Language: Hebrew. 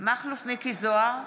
מכלוף מיקי זוהר,